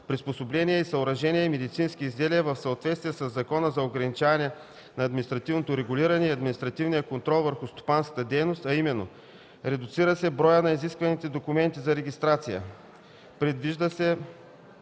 приспособления и съоръжения и медицински изделия, в съответствие със Закона за ограничаване на административното регулиране и административния контрол върху стопанската дейност, а именно: редуцира се броят на изискваните документи за регистрация;